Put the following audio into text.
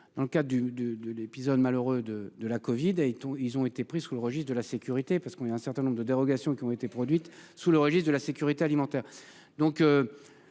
Dans le cas du du de l'épisode malheureux de de la Covid ont ils ont été pris sous le registre de la sécurité parce qu'il y a un certain nombre de dérogations qui ont été produites sous le registre de la sécurité alimentaire